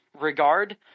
regard